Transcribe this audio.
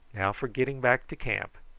now for getting back to camp.